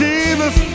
Jesus